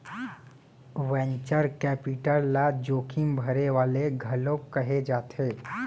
venture capital ल जोखिम भरे वाले घलोक कहे जाथे